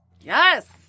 Yes